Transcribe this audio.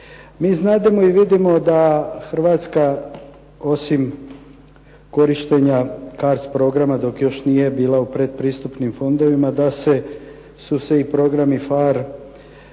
Mi znademo i vidimo da Hrvatska osim korištenja CARDS programa dok još nije bila u predpristupnim fondovima da se, su se i programi PHARE,